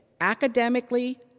academically